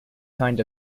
kind